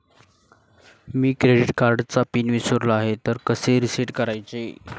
मी credit कार्डचा PIN विसरलो आहे तर कसे रीसेट करायचे?